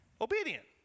obedient